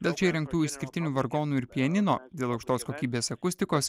dėl čia įrengtų išskirtinių vargonų ir pianino dėl aukštos kokybės akustikos